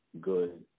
good